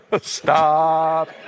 stop